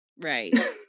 Right